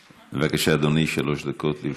בבקשה, אדוני, שלוש דקות לרשותך.